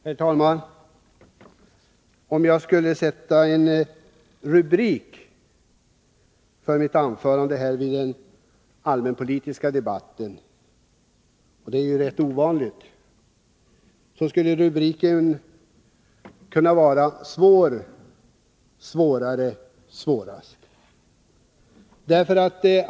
Herr talman! Om jag skulle sätta en rubrik på mitt anförande i den här allmänpolitiska debatten — vilket är ganska ovanligt — skulle rubriken kunna vara Svår, svårare, svårast.